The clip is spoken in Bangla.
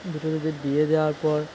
দুটো দিদির বিয়ে দেওয়ার পর